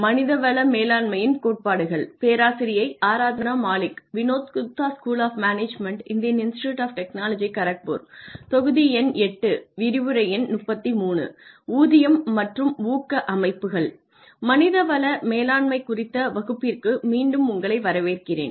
மனித வள மேலாண்மை குறித்த வகுப்பிற்கு மீண்டும் உங்களை வரவேற்கிறேன்